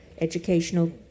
educational